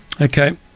Okay